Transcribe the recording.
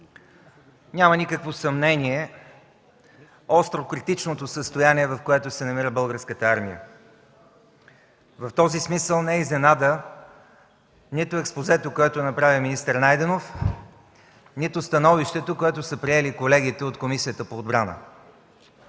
Няма никакво съмнение остро критичното състояние, в което се намира Българската армия. В този смисъл не е изненада нито експозето, което направи министър Найденов, нито становището, което са приели колегите от Комисията по отбрана.